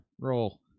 Roll